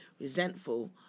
resentful